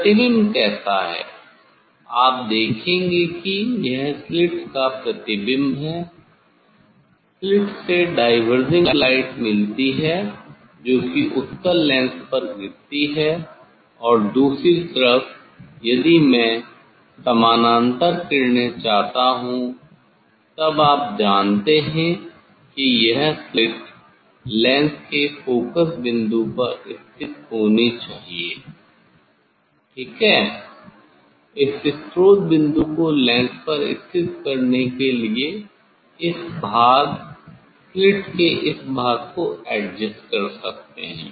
प्रतिबिंब कैसा है आप देखेंगे कि यह स्लिट का प्रतिबिंब इमेज है स्लिट से डायवर्जिंग लाइट मिलती है जोकि उत्तल लेंस पर गिरती है और दूसरी तरफ यदि मैं समानांतर किरणें चाहता हूं तब आप जानते हैं कि यह स्लिट लेंस के फोकस बिंदु पर स्थित होनी चाहिए ठीक है इस फोकस बिंदु को लेंस पर स्थित करने के लिए इस भाग स्लिट के इस भाग को एडजेस्ट कर सकते हैं